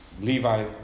Levi